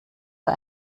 für